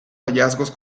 hallazgos